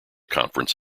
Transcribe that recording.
conference